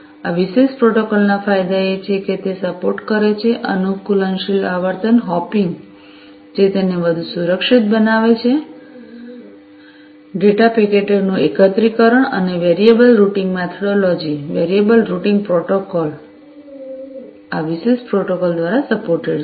આ વિશિષ્ટ પ્રોટોકોલના ફાયદા એ છે કે તે સપોર્ટ કરે છે અનુકૂલનશીલ આવર્તન હોપિંગ જે તેને વધુ સુરક્ષિત બનાવે છે ડેટા પેકેટોનું એકત્રીકરણ અને variable routing methodologies variable routing protocol આ વિશિષ્ટ પ્રોટોકોલ દ્વારા સપોર્ટેડ છે